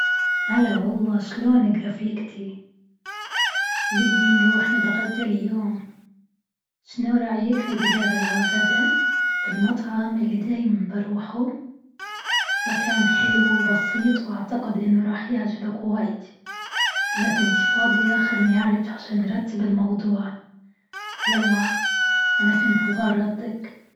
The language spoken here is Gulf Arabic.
هلا والله شلونك رفيقتي? بدي نروح نتغدى اليوم. شنو رأيك نتقابل عالغدا في المطعم اللي دايما بروحه? مكان حلو وبسيط وأعتقد أنه رح يعجبك وايد. إذا كنت فاضية خليني أعرف عشان نرتب الموضوع يلا أنا في أنتظار ردك.